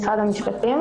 להתייחס.